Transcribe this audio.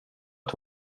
att